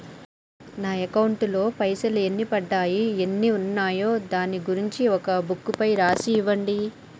నా అకౌంట్ లో పైసలు ఎన్ని పడ్డాయి ఎన్ని ఉన్నాయో దాని గురించి ఒక బుక్కు పైన రాసి ఇవ్వండి?